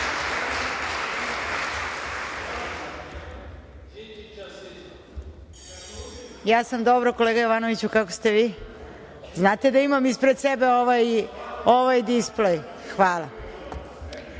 sam dobro, kolega Jovanoviću, kako ste vi? Znate da imam ispred sebe ovaj displej.(Zoran